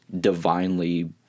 divinely